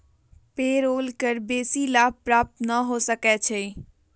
payroll कर बेशी लाभ प्राप्त न हो सकै छइ